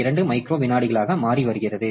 2 micro விநாடிகளாக மாறி வருகிறது